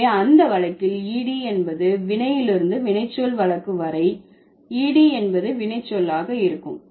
எனவே அந்த வழக்கில் ed என்பது வினையிலிருந்து வினைச்சொல் வழக்கு வரை ed என்பது வினைச்சொல்லாக இருக்கும்